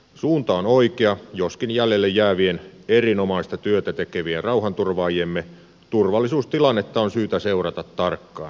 suunta on oikea joskin jäljelle jäävien erinomaista työtä tekevien rauhanturvaajiemme turvallisuustilannetta on syytä seurata tarkkaan